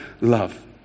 love